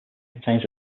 contains